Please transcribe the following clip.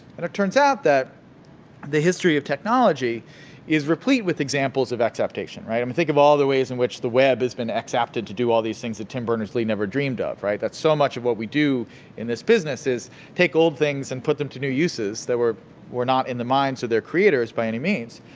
and it turns out that the history of technology is replete with examples of exaptation, right? i mean, think of all the ways in which the web has been exapted to do all these things that tim berners-lee never dreamed of, right? that's so much of what we do in this business is take old things and put them to new uses that were were not in the minds of their creators by any means.